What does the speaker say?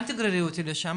אל תגררי אותי לשם.